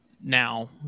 now